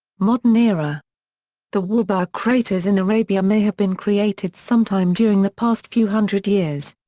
modern era the wabar craters in arabia may have been created sometime during the past few hundred years.